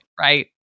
right